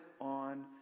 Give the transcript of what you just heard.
on